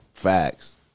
Facts